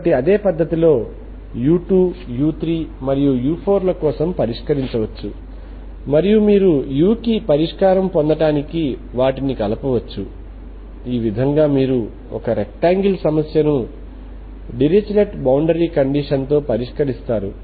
కాబట్టి అదే పద్ధతిలో మీరు u2 u3 మరియు u4 ల కోసం పరిష్కరించవచ్చు మరియు మీరు u కి పరిష్కారం పొందడానికి వాటిని కలపవచ్చు ఈ విధముగా మీరు ఒక రెక్టాంగిల్ సమస్యను డిరిచ్లెట్ బౌండరీ కండిషన్ తో పరిష్కరిస్తారు